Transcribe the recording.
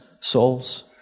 souls